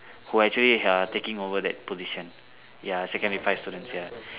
who are actually uh taking over that position ya secondary five students ya